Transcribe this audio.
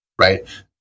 right